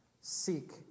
seek